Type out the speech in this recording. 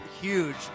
huge